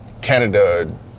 Canada